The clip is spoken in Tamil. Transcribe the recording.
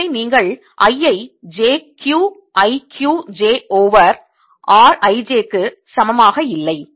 எனவே நீங்கள் i ஐ j Q i Q j over r i j க்கு சமமாக இல்லை